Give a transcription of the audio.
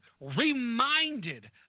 reminded